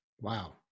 Wow